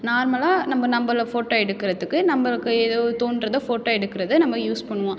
நார்மலாக நம்ம நம்மள ஃபோட்டோ எடுக்கிறதுக்கு நம்மளுக்கு ஏதோ தோன்றதை ஃபோட்டோ எடுக்கிறத நம்ம யூஸ் பண்ணுவோம்